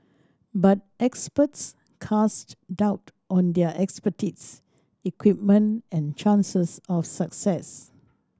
but experts cast doubt on their expertise equipment and chances of success